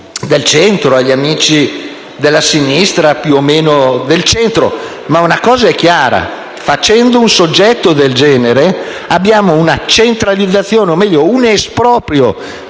del centro e della sinistra (più o meno del centro). Una cosa però è chiara: facendo un soggetto del genere, abbiamo una centralizzazione o, meglio, un esproprio